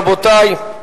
רבותי,